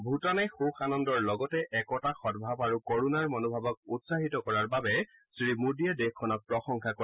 ভূটানে সূখ আনন্দৰ লগতে একতা সদ্ভাৱ আৰু কৰুণাৰ মনোভাৱক উৎসাহিত কৰাৰ বাবে শ্ৰীমোদীয়ে দেশখনক প্ৰসংশা কৰে